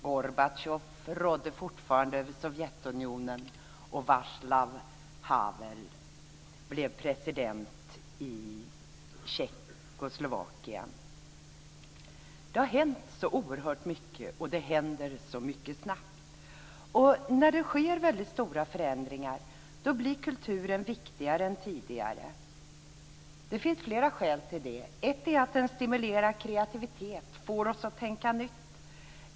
Gorbatjov rådde fortfarande över Sovjetunionen, och Vaclav Havel blev president i Tjeckoslovakien. Det har hänt så oerhört mycket, och det händer så mycket snabbt. När det sker väldigt stora förändringar blir kulturen viktigare än tidigare. Det finns flera skäl till det. Ett är att den stimulerar kreativitet, får oss att tänka nytt.